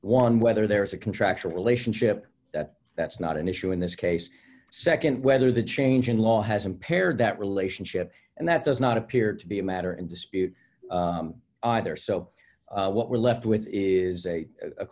one whether there is a contractual relationship that that's not an issue in this case nd whether the change in law has impaired that relationship and that does not appear to be a matter in dispute either so what we're left with is a